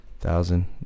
thousand